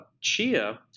Chia